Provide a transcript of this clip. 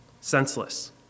senseless